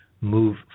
move